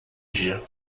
dia